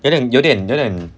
有点有点有点